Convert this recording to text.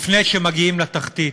לפני שמגיעים לתחתית.